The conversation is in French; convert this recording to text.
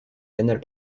canal